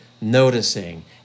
noticing